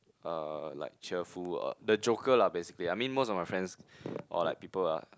uh like cheerful uh the joker lah basically I mean most of my friends or like people ah